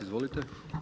Izvolite.